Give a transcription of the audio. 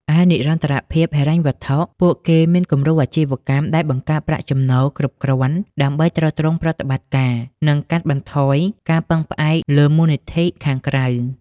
ឯនិរន្តរភាពហិរញ្ញវត្ថុ ពួកគេមានគំរូអាជីវកម្មដែលបង្កើតប្រាក់ចំណូលគ្រប់គ្រាន់ដើម្បីទ្រទ្រង់ប្រតិបត្តិការ និងកាត់បន្ថយការពឹងផ្អែកលើមូលនិធិខាងក្រៅ ។